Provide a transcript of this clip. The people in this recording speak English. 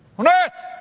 on earth!